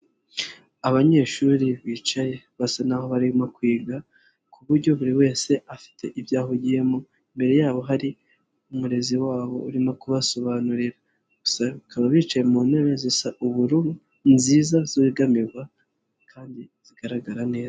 Abanyeshuri bicaye basa naho barimo kwiga ku buryo buri wese afite ibyo ahugiyemo, imbere yabo hari umurezi wabo urimo kubasobanurira, bose bakaba bicaye mu ntebe zisa ubururu nziza zegamirwa kandi zigaragara neza.